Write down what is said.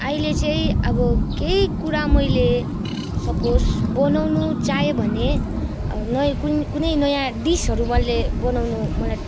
अहिले चाहिँ अब केही कुरा मैले सपोज बनाउनु चाहेँ भने नयाँ कु कुनै नयाँ डिसहरू मैले बनाउनु मलाई